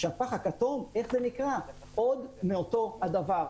הפח הכתום איך זה נקרא עוד מאותו הדבר.